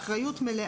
אני מהכללית.